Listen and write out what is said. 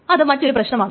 അത് മറ്റൊരു പ്രശ്നമാണ്